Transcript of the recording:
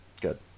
Good